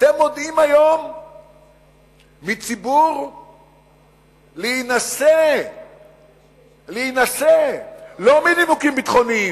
אתם מונעים היום מציבור להינשא לא מנימוקים ביטחוניים.